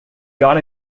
got